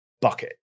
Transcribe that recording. bucket